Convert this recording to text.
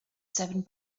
seven